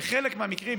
בחלק מהמקרים,